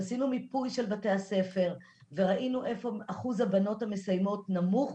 עשינו מיפוי של בתי הספר וראינו איפה אחוז הבנות המסיימות נמוך